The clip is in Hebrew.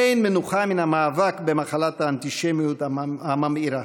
אין מנוחה מהמאבק במחלת האנטישמיות הממאירה.